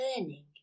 learning